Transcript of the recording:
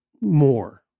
more